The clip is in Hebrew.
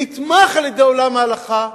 נתמך על-ידי עולם ההלכה.